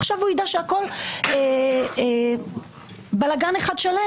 עכשיו הוא ידע שהכול בלגן אחד שלם.